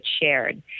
shared